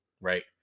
Right